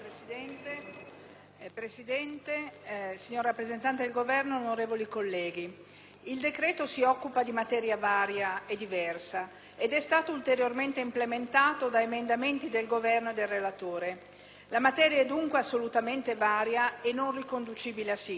Signor Presidente, signor rappresentante del Governo, onorevoli colleghi, il decreto-legge in esame si occupa di materia varia e diversa ed è stato ulteriormente implementato da emendamenti del Governo e del relatore. La materia è dunque - lo ripeto - assolutamente varia e non riconducibile a sintesi.